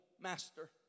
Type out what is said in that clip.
master